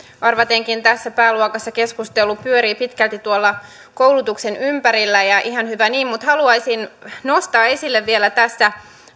arvatenkin tässä pääluokassa keskustelu pyörii pitkälti koulutuksen ympärillä ja ihan hyvä niin mutta haluaisin nostaa esille vielä tässä